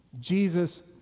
Jesus